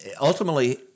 Ultimately